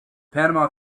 panama